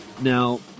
now